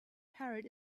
parrot